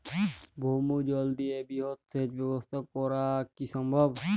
ভৌমজল দিয়ে বৃহৎ সেচ ব্যবস্থা করা কি সম্ভব?